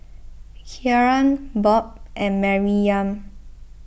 Kieran Bob and Maryam